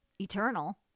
eternal